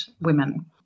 women